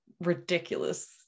ridiculous